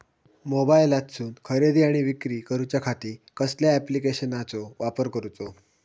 मोबाईलातसून खरेदी आणि विक्री करूच्या खाती कसल्या ॲप्लिकेशनाचो वापर करूचो?